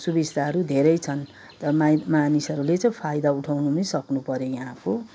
सुबिस्ताहरू धेरै छन् तर मानि मानिसहरूले चाहिँ फाइदा उठाउनु पनि सक्नु पऱ्यो यहाँको